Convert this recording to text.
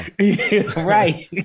Right